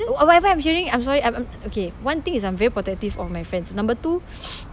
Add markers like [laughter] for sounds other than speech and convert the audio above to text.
oh whatever I'm hearing I'm sorry I'm I'm okay one thing is I'm very protective of my friends number two [noise]